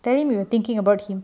tell him we were thinking about him